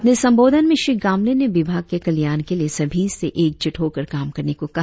अपने संबोधिन में श्री गामलिन ने विभाग के कल्याण के लिए सभी से एकजूट होकर काम करने को कहा